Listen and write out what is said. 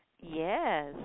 Yes